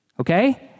okay